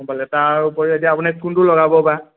গ'ম পালে তাৰ উপৰিও এতিয়া আপুনি কোনটো লগাব বা